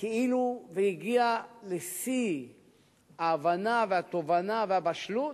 כאילו הגיעה לשיא ההבנה, והתובנה והבשלות,